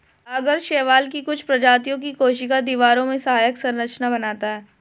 आगर शैवाल की कुछ प्रजातियों की कोशिका दीवारों में सहायक संरचना बनाता है